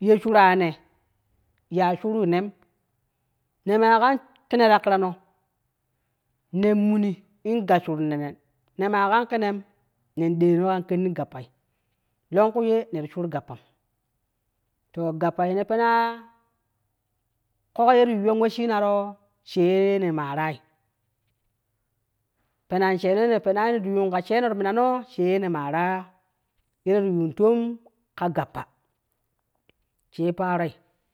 ye shura ne ya shuru nem, nemaa kan kene ta kirano nen muni in gasshurun nen, ne maa kan kenem, nen deeno kan kenni gappai, longku ye neti shur jappani, to gappa yene penaaa koko yeti yuyunro shee yene maarai penan sheeno yene ye ti yuun ka sheeno ti minano shee ne maara yene ti yuun toom ka gappa she paroi.